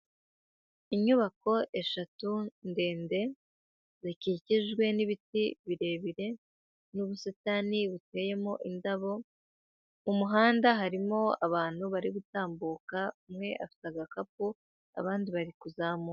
Inyubako eshatu ndende, zikikijwe n'ibiti birebire, n'ubusitani buteyemo indabo. Umuhanda harimo abantu bari gutambuka, umwe afite agakapu, abandi bari kuzamuka.